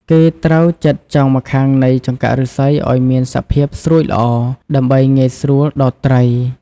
គេត្រូវចិតចុងម្ខាងនៃចង្កាក់ឫស្សីឲ្យមានសភាពស្រួចល្អ ដើម្បីងាយស្រួលដោតត្រី។